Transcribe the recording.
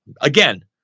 Again